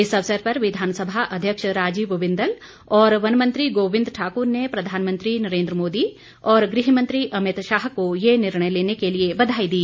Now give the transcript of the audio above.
इस अवसर पर विधानसभा अध्यक्ष राजीव बिंदल और वन मंत्री गोबिंद ठाक्र ने प्रधानमंत्री नरेंद्र मोदी और गृह मंत्री अमित शाह को ये निर्णय लेने के लिए बधाई दी